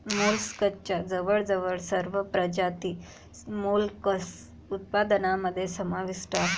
मोलस्कच्या जवळजवळ सर्व प्रजाती मोलस्क उत्पादनामध्ये समाविष्ट आहेत